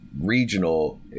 regional